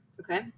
Okay